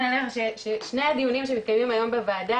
אליך ששני הדיונים שמתקיימים היום בוועדה,